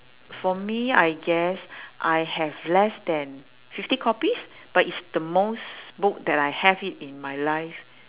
for me I guess I have less than fifty copies but it's the most book that I have it in my life